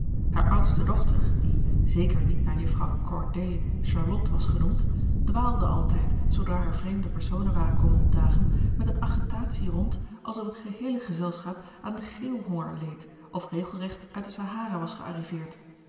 hare oudste dochter die zeker niet naar jufvrouw corday charlotte was genoemd dwaalde altijd zoodra er vreemde personen waren komen opdagen met eene agitatie rond alsof het geheele gezelschap aan den geeuwhonger leed of regelregt uit de sahara was gearriveerd